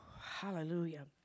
hallelujah